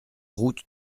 route